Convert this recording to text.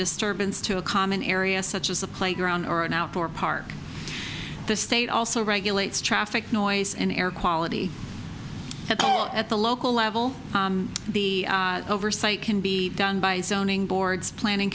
disturbance to a common area such as a playground or an outdoor park the state also regulates traffic noise and air quality at all at the local level the oversight can be done by stoning boards planning